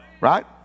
right